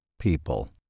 People